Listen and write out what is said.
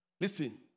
Listen